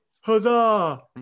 Huzzah